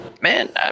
man